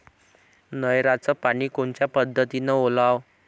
नयराचं पानी कोनच्या पद्धतीनं ओलाव?